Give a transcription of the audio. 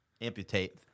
amputate